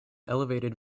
elevated